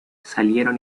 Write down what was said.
salieron